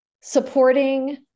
supporting